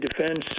defense